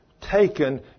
taken